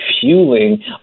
fueling